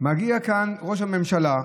מגיע לכאן ראש הממשלה למליאה,